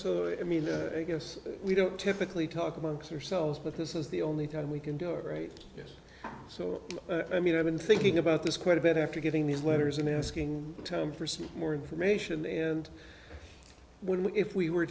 so i mean i guess we don't typically talk amongst yourselves but this is the only time we can do it right so i mean i've been thinking about this quite a bit after getting these letters and asking time for some more information and when we if we were